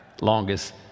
longest